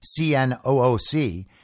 CNOOC